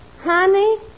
Honey